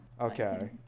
Okay